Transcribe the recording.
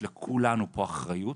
לכולנו פה יש אחריות